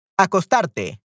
Acostarte